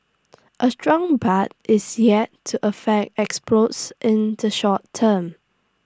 A strong baht is yet to affect exports in the short term